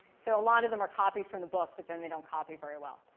so a lot of them are copied from the book, but then they don't copy very well.